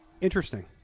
Interesting